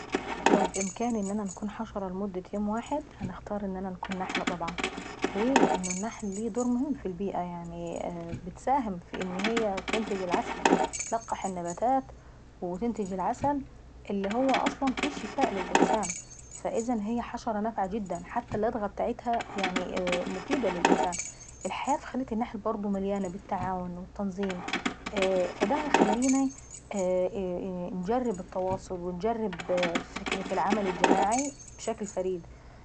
لو بامكاني ان انا نكون حشرة لمدة يوم واحد؟ انا انحب نكون نحلة طبعا. لان النحلة ليه دور مهم في البيئة فهي بتساهم ان هي تنتج العسل، تلقح النباتات وتنتج العسل اللي هو أصلا فيه شفاء للإنسان. فإذن هي حشرة نافعة جد حتى اللدغة بتاعتها مفيدة للإنسان. الحياة في خلية النحل برضه مليانة بالتعاون والتنظيم، ودا هيخليني انجرب التعاون وانجرب العمل الجماعي بشكل فريد.